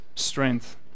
strength